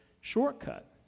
Shortcut